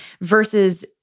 versus